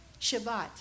Shabbat